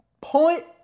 point